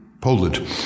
Poland